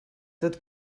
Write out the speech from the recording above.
tot